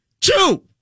Two